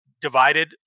divided